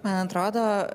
man atrodo